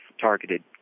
targeted